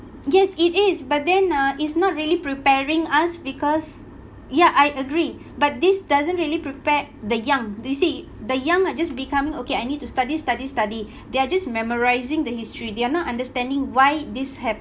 yes it is but then ah is not really preparing us because ya I agree but this doesn't really prepare the young do you see the young are just becoming okay I need to study study study they are just memorising the history they're not understanding why this